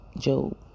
Job